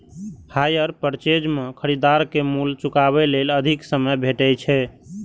hire purchase मे खरीदार कें मूल्य चुकाबै लेल अधिक समय भेटै छै